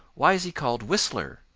why is he called whistler?